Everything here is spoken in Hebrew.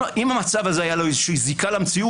אם המצב הזה הייתה לו זיקה למציאות,